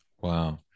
Wow